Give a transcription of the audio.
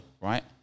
right